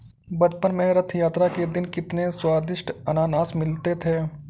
बचपन में रथ यात्रा के दिन कितने स्वदिष्ट अनन्नास मिलते थे